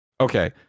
Okay